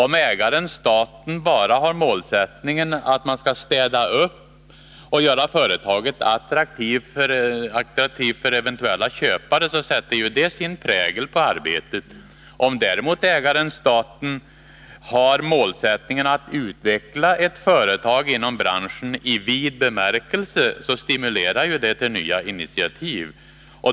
Om ägaren-staten bara har målet att man skall städa upp och göra företaget attraktivt för eventuella köpare, sätter ju det sin prägel på arbetet. Om däremot ägaren-staten har målet att i vid bemärkelse utveckla ett företag inom branschen, stimulerar ju detta till nya initiativ.